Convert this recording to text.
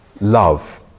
love